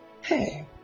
hey